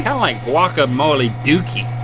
yeah like guacamole dookey.